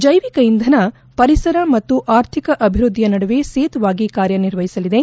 ಜೈವಿಕ ಇಂಧನ ಪರಿಸರ ಮತ್ತು ಆರ್ಥಿಕ ಅಭಿವೃದ್ಧಿಯ ನಡುವೆ ಸೇತುವಾಗಿ ಕಾರ್ಯ ನಿರ್ವಹಿಸಲಿದೆ